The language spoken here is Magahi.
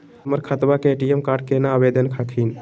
हमर खतवा के ए.टी.एम कार्ड केना आवेदन हखिन?